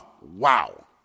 Wow